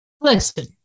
Listen